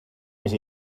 més